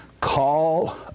call